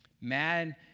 Man